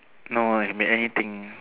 no lah it can be anything